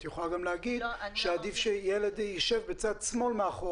את יכולה להגיד שעדיף שילד ישב בצד שמאל מאחור